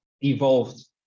evolved